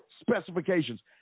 specifications